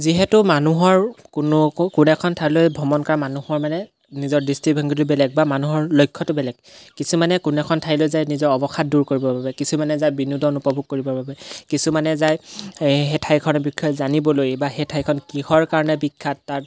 যিহেতু মানুহৰ কোনো কোনো এখন ঠাইলৈ ভ্ৰমণ কৰা মানুহৰ মানে নিজৰ দৃষ্টিভংগী বেলেগ বা মানুহৰ লক্ষ্যটো বেলেগ কিছুমানে কোনো এখন ঠাইলৈ যায় নিজৰ অৱসাদ দূৰ কৰিবৰ বাবে কিছুমানে যায় বিনোদন উপভোগ কৰিবৰ বাবে কিছুমানে যায় সেই ঠাইখনৰ বিষয়ে জানিবলৈ বা সেই ঠাইখন কিহৰ কাৰণে বিখ্যাত তাত